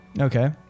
Okay